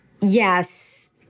Yes